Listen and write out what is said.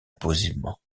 posément